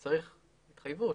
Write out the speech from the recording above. צריכה להיות התחייבות.